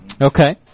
Okay